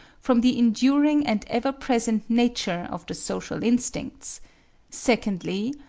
from the enduring and ever-present nature of the social instincts secondly,